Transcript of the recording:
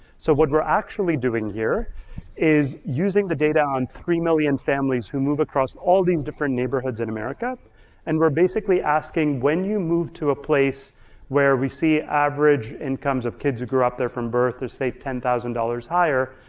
so what we're actually doing here is using the data on three million families who move across all these different neighborhoods in america and we're basically asking when you move to a place where we see average incomes of kids who grew up there from birth, of, say, ten thousand dollars higher,